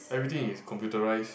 everything is computerise